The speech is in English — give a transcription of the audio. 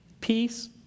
peace